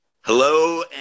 Hello